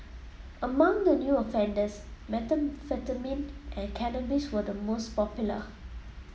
among the new offenders methamphetamine and cannabis were the most popular